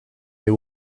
they